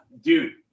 Dude